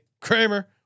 Kramer